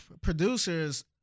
producers